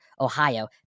Ohio